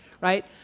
right